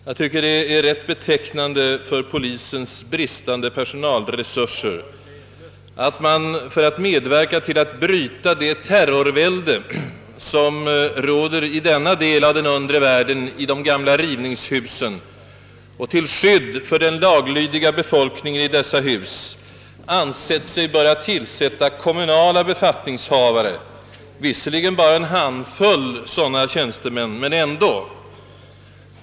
Jag tycker det är rätt betecknande för polisens bristande personalresurser i Stockholm att man för att medverka till att bryta det terrorvälde som tycks råda i denna del av den undre världen i de gamla rivningshusen och till skydd för den laglydiga befolkningen i dessa hus ansett sig böra tillsätta kommunala befattningshavare, låt vara bara en handfull.